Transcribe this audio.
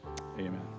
Amen